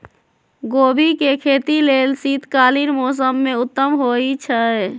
गोभी के खेती लेल शीतकालीन मौसम उत्तम होइ छइ